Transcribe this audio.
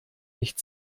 nicht